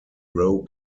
row